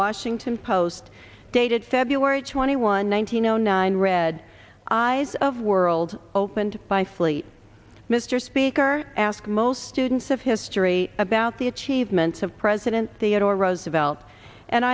washington post dated february twenty one one thousand nine hundred nine red eyes of world opened by fleet mr speaker ask most students of history about the achievements of president theodore roosevelt and